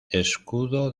escudo